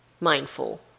mindful